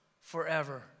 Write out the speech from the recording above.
forever